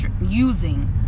using